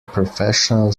professional